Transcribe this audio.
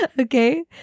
Okay